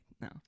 No